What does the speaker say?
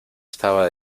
estaba